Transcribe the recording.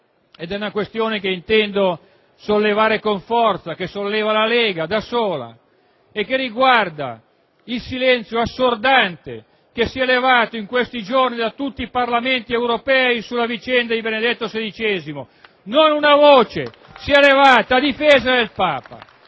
di una questione che intendo sollevare con forza e che solleva la Lega, da sola. Riguarda il silenzio assordante che si è levato in questi giorni, da tutti i Parlamenti europei, sulla vicenda di Benedetto XVI. *(Applausi dai Gruppi*